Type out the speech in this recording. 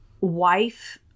wife